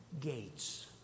gates